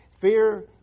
Fear